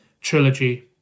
trilogy